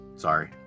sorry